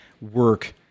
work